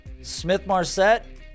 Smith-Marset